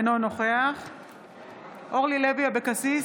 אינו נוכח אורלי לוי אבקסיס,